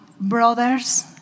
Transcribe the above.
brothers